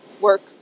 work